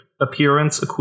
appearance